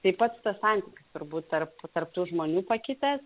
tai pats tas santykis turbūt tarp tarp tų žmonių pakitęs